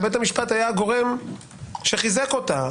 אלא בית המשפט היה הגורם שחיזק אותה.